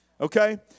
Okay